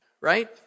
right